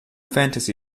fantasy